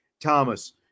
Thomas